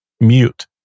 mute